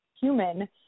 human